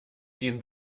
den